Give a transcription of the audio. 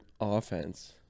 offense